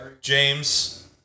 James